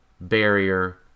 Barrier